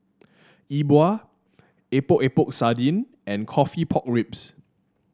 E Bua Epok Epok Sardin and coffee Pork Ribs